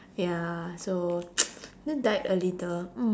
ya so you know died a little